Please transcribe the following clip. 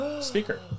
speaker